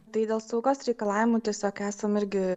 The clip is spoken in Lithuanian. tai dėl saugos reikalavimų tiesiog esam irgi